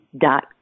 dot